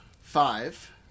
five